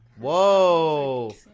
Whoa